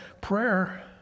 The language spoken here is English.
prayer